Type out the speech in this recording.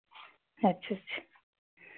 अच्छे